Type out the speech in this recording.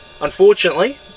Unfortunately